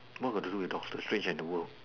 what got to do with doctor strange and the world